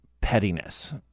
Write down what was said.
Pettiness